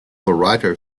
writer